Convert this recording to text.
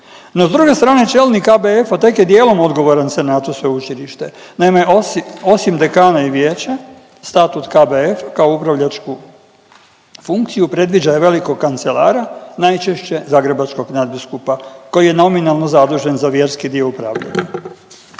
s druge strane, čelnik KBF-a tek je dijelom odgovoran Senatu Sveučilište. Naime, osim dekana i vijeća, statut KBF-a, kao upravljačku funkciju predviđa i velikog kancelara, najčešće zagrebačkog nadbiskupa koji je nominalno zadužen za vjerski dio upravljanja.